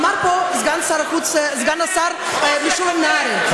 אמר פה סגן השר משולם נהרי,